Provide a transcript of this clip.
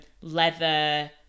leather